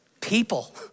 people